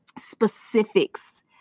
specifics